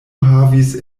havis